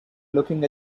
looking